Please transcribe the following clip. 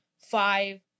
five